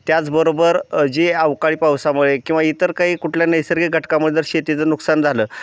त्याचबरोबर जे अवकाळी पावसामुळे किंवा इतर काही कुठल्या नैसर्गिक घटकामुळं जर शेतीचं नुकसान झालं